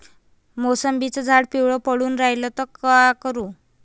मोसंबीचं झाड पिवळं पडून रायलं त का करू?